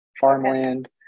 farmland